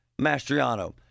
Mastriano